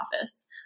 office